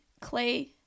Clay